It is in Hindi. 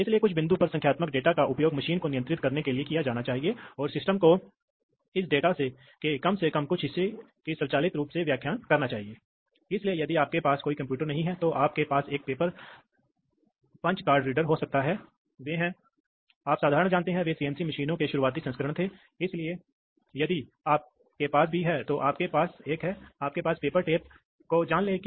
इसलिए आमतौर पर लोग कभी कभी इसे आउटगोइंग फ्लो में रखना पसंद करते हैं क्योंकि इससे बैक प्रेशर बनता है जिसे आप जानते हैं कि वाल्व की गति को किस तरह से स्थिर किया जाता है आप सिलेंडर की गति को जानते हैं